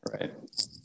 Right